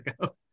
ago